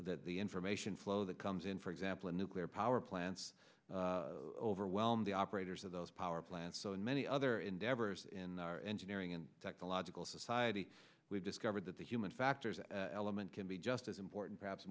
that the information flow that comes in for example in nuclear power plants overwhelm the operators of those power plants so in many other endeavors in our engineering and technological society we've discovered that the human factors can be just as important perhaps